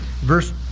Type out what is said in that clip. Verse